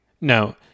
no